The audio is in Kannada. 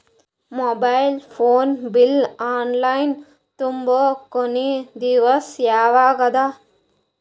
Mobile phone bill online ತುಂಬೊ ಕೊನಿ ದಿವಸ ಯಾವಗದ?